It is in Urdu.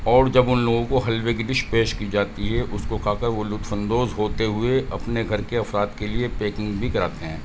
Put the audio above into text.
اور جب ان لوگوں کو حلوے کی ڈش پیش کی جاتی ہے اس کو کھا کر وہ لطف اندوز ہوتے ہوئے اپنے گھر کے افراد کے لیے پیکنگ بھی کراتے ہیں